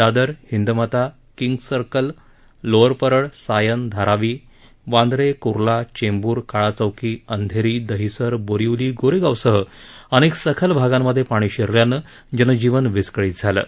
Dadar Hindmata kings circle Lower Parel Sion Dharavi Vandre क्ला चेंबूर काळाचौकी अंधेरी दहिसर बोरीवली गोरेगावसंह अनेक सखल भागांमध्ये पाणी शिरल्यानं जनजीवन विस्कळीत झालं आहे